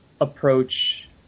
approach